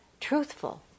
truthful